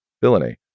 villainy